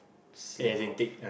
slack off